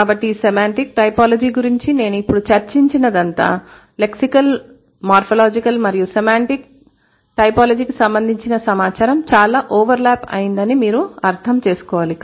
కాబట్టి semantic typology గురించి నేను ఇప్పుడు చర్చించినదంతా లెక్సికల్ మార్ఫోలాజికల్ మరియు సెమాంటిక్ టైపోలాజీకి సంబంధించిన సమాచారం చాలా ఓవర్లాప్ అయిందని మీరు అర్థం చేసుకోవాలి